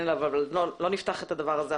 אליו אבל לא נפתח עכשיו את הדבר הזה.